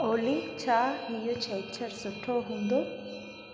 ऑली छा हीअ छंछरु सुठो हूंदो